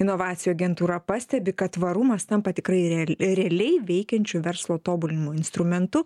inovacijų agentūra pastebi kad tvarumas tampa tikrai real realiai veikiančių verslo tobulinimo instrumentu